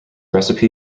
recipe